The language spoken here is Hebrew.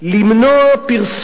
למנוע פרסום,